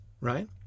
Right